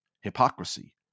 hypocrisy